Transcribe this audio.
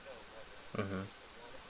mmhmm